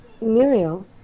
Muriel